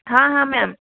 हाँ हाँ मैम